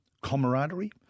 camaraderie